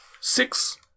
six